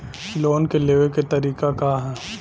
Loan के लेवे क तरीका का ह?